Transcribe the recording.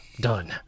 Done